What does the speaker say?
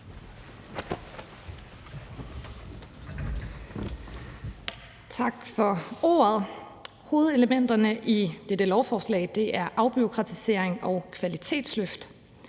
Tak for ordet. Hovedelementerne i dette lovforslag er afbureaukratisering og kvalitetsløft.